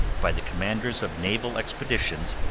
by the commanders of naval expeditions,